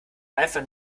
einfach